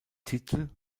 titel